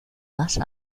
más